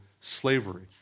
slavery